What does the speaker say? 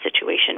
situation